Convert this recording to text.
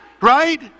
right